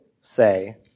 say